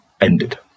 ended